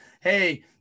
Hey